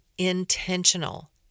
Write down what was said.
Intentional